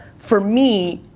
for me,